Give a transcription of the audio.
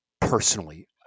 personally